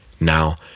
Now